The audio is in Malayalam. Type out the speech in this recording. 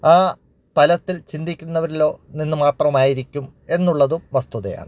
ആ തലത്തിൽ ചിന്തിക്കുന്നവരിലോ നിന്ന് മാത്രമായിരിക്കും എന്നുള്ളതും വസ്തുതയാണ്